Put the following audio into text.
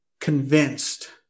convinced